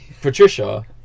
Patricia